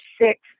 six